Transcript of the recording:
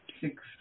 six